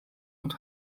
und